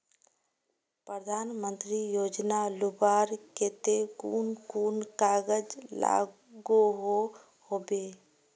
प्रधानमंत्री योजना लुबार केते कुन कुन कागज लागोहो होबे?